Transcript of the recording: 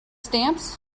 stamps